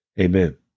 Amen